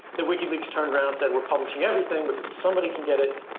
that wikileaks turned around, said we're publishing everything because if somebody can get it,